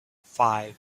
five